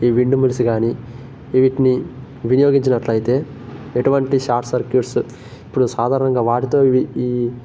ఈ wind mills గానీ ఈ వీటిని వినియోగించినట్లయితే ఎటువంటి షార్ట్ సర్క్యూట్స్ ఇప్పుడు సాధారణంగా వాటితో ఇవి ఈ